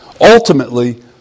ultimately